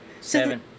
Seven